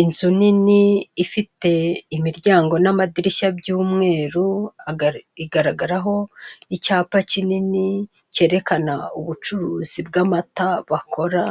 Inzu nini ifite imiryango n'amadirishya by'umweru, igaragaraho icyapa kinini cyerekana ubucuruzi bw'amata bakora,